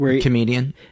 comedian